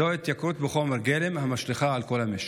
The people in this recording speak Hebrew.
זו התייקרות בחומר גלם המשליכה על כל המשק.